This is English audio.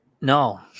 No